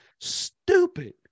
stupid